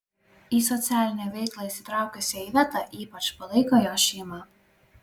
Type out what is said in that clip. į socialinę veiklą įsitraukusią ivetą ypač palaiko jos šeima